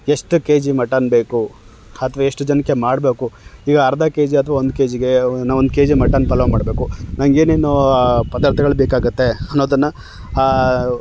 ಎಷ್ಟು KG mutton ಬೇಕು ಅಥ್ವಾ ಎಷ್ಟು ಜನಕ್ಕೆ ಮಾಡಬೇಕು ಈಗ ಅರ್ಧ ಕೆಜಿ ಅಥ್ವಾ ಒಂದು ಕೆ ಜಿಗೆ ಏನೋ ಒಂದು ಕೆಜಿ ಮಟನ್ ಪಲಾವ್ ಮಾಡಬೇಕು ನಂಗೇನೇನು ಪದಾರ್ಥಗಳು ಬೇಕಾಗುತ್ತೆ ಅನ್ನೋದನ್ನು